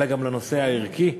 אלא גם לנושא הערכי,